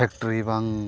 factory ᱵᱟᱝ